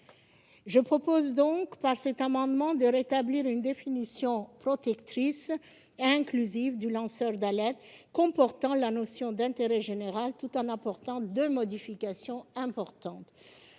Je propose donc, par cet amendement, de rétablir une définition protectrice et inclusive du lanceur d'alerte comportant la notion d'intérêt général, tout en apportant deux modifications importantes.